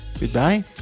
Goodbye